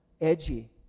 edgy